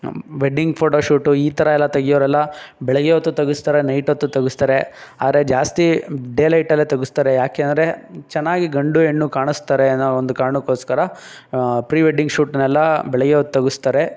wedding photoshoot ಈ ಥರಯೆಲ್ಲ ತೆಗೆಯೋರೆಲ್ಲ ಬೆಳಗ್ಗೆ ಹೊತ್ತು ತೆಗೆಸ್ತಾರೆ ನೈಟ್ ಹೊತ್ತು ತೆಗೆಸ್ತಾರೆ ಆದ್ರೆ ಜಾಸ್ತಿ ಡೇಲೈಟಲ್ಲೇ ತೆಗೆಸ್ತಾರೆ ಯಾಕೆ ಅಂದರೆ ಚೆನ್ನಾಗಿ ಗಂಡು ಹೆಣ್ಣು ಕಾಣಸ್ತಾರೆ ಅನ್ನೋ ಒಂದು ಕಾರಣಕ್ಕೋಸ್ಕರ ಪ್ರಿವೆಡ್ಡಿಂಗ್ ಶೂಟ್ನ್ನೆಲ್ಲ ಬೆಳಗ್ಗೆ ಹೊತ್ ತೆಗೆಸ್ತಾರೆ